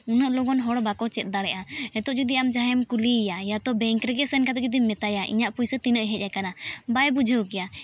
ᱩᱱᱟᱹᱜ ᱞᱚᱜᱚᱱ ᱦᱚᱲ ᱵᱟᱠᱚ ᱪᱮᱫ ᱫᱟᱲᱮᱭᱟᱜᱼᱟ ᱱᱤᱛᱚᱜ ᱡᱩᱫᱤ ᱟᱢ ᱡᱟᱦᱟᱸᱭᱮᱢ ᱠᱩᱞᱤᱭᱮᱭᱟ ᱤᱭᱟᱛᱚ ᱵᱮᱝᱠ ᱨᱮᱜᱮ ᱥᱮᱱ ᱠᱟᱛᱮᱫ ᱡᱩᱫᱤᱢ ᱢᱮᱛᱟᱭᱟ ᱤᱧᱟᱹᱜ ᱛᱤᱱᱟᱹᱜ ᱯᱩᱭᱥᱟᱹ ᱛᱤᱱᱟᱹᱜ ᱦᱮᱡ ᱟᱠᱟᱱᱟ ᱵᱟᱭ ᱵᱩᱡᱷᱟᱹᱣ ᱠᱮᱭᱟ